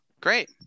Great